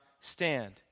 stand